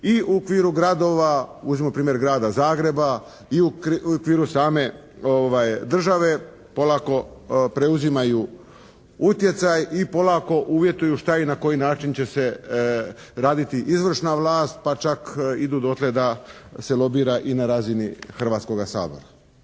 i u okviru gradova, uzmimo primjer grada Zagreba i u okviru same države polako preuzimaju utjecaj i polako uvjetuju šta i na koji način će se raditi izvršna vlast pa čak idu dotle da se lobira i na razini Hrvatskoga sabora.